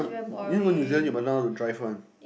you know go New-Zealand must learn how to drive one